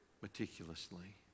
meticulously